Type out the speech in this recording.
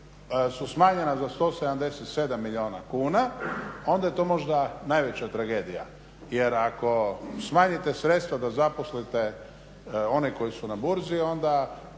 su smanjena za 177 milijuna kuna onda je to možda najveća tragedija. Jer ako smanjite sredstva da zaposlite one koji su na burzi onda